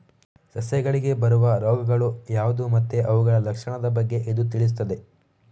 ಸಸ್ಯಗಳಿಗೆ ಬರುವ ರೋಗಗಳು ಯಾವ್ದು ಮತ್ತೆ ಅವುಗಳ ಲಕ್ಷಣದ ಬಗ್ಗೆ ಇದು ತಿಳಿಸ್ತದೆ